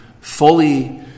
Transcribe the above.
fully